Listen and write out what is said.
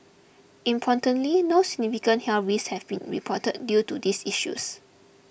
importantly no significant health risks have been reported due to these issues